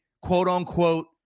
quote-unquote